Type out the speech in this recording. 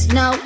no